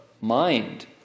mind